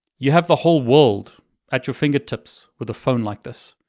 you have the whole world at your fingertips with a phone like this.